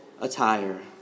attire